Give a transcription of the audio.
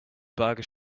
burger